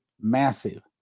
massive